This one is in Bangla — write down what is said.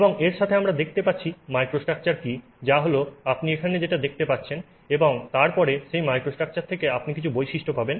এবং এর সাথে আমরা দেখতে পাচ্ছি মাইক্রোস্ট্রাকচার কী যা হলো আপনি এখানে যেটা দেখতে পাচ্ছেন এবং তারপরে সেই মাইক্রোস্ট্রাকচার থেকে আপনি কিছু বৈশিষ্ট্য পাবেন